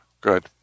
Good